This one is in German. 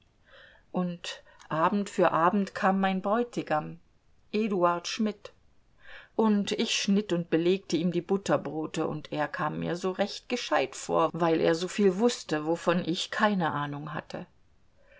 und abend für abend kam mein bräutigam eduard schmidt und ich schnitt und belegte ihm die butterbrote und er kam mir so recht gescheut vor weil er soviel wußte wovon ich keine ahnung hatte